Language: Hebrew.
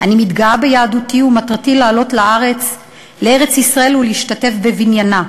אני מתגאה ביהדותי ומטרתי לעלות לארץ-ישראל ולהשתתף בבניינה,